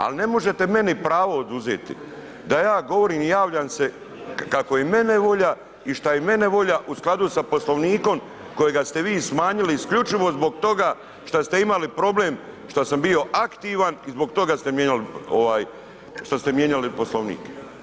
Ali ne možete meni pravo oduzeti, da ja govorim i javljam se kako je meni volja i šta je meni volja u skladu s Poslovnikom kojega ste vi smanjili isključivo zbog toga šta ste imali problem šta sam bio aktivan i zbog toga ste mijenjali ovaj što ste mijenjali Poslovnik.